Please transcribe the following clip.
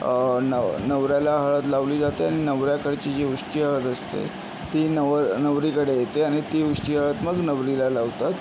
न नवऱ्याला हळद लावली जाते आणि नवऱ्याकडची जी उष्टी हळद असते ती नवर नवरीकडे येते आणि ती उष्टी हळद मग नवरीला लावतात